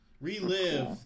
Relive